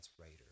writer